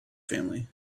family